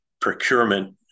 procurement